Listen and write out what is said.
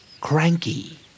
Cranky